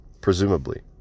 presumably